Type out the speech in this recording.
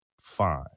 fine